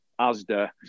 ASDA